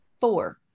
Four